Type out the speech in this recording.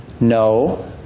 No